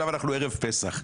אנחנו עכשיו ערב פסח.